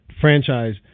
franchise